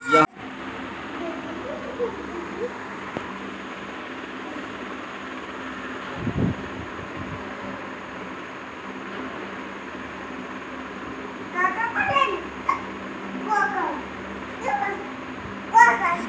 क्या टमाटर सर्दियों के मौसम में सबसे अच्छा उगता है?